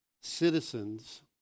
citizens